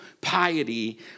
piety